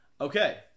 Okay